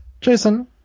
Jason